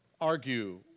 argue